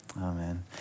Amen